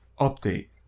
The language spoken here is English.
Update